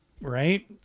Right